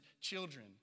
children